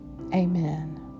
Amen